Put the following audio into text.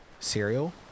Cereal